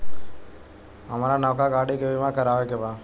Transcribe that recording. हामरा नवका गाड़ी के बीमा करावे के बा